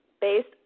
based